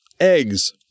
eggs